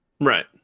right